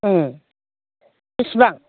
बेसेबां